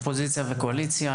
אופוזיציה וקואליציה,